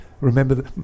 remember